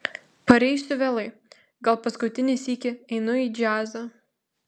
pareisiu vėlai gal paskutinį sykį einu į džiazą